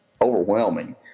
overwhelming